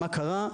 מה קרה,